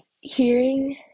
hearing